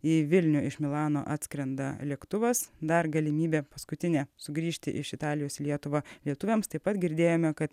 į vilnių iš milano atskrenda lėktuvas dar galimybė paskutinė sugrįžti iš italijos į lietuvą lietuviams taip pat girdėjome kad